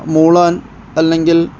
മൂളാൻ അല്ലെങ്കിൽ